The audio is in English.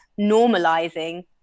normalizing